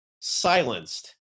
silenced